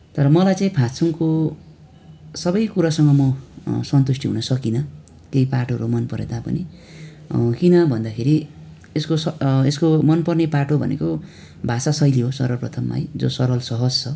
तर मलाई चाहिँ फात्सुङको सबै कुरासँग म सन्तुष्टि हुन सकिनँ केही पाटोहरू मन परे तापनि किन भन्दाखेरि यसको यसको मनपर्ने पाटो भनेको भाषा शैली हो सर्वप्रथम है जो सरल सहज छ